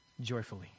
joyfully